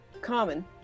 common